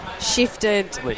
shifted